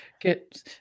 get